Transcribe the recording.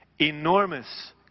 Enormous